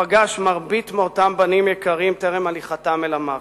ופגש מרבית מאותם בנים יקרים טרם הליכתם אל המוות.